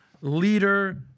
leader